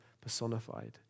personified